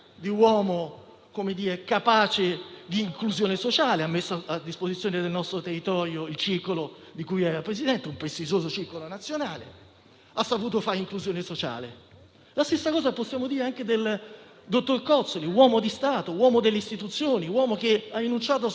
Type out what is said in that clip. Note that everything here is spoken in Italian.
di cui era Presidente. La stessa cosa possiamo dire anche del dottor Cozzoli, uomo di Stato, uomo delle istituzioni, che ha rinunciato al ruolo di capo di gabinetto per dedicarsi alla sua passione, allo sport. Oggi affrontiamo questo tema e siamo convinti che tutti quanti noi